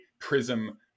prism